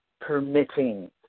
permitting